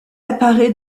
apparaît